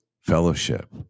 fellowship